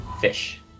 fish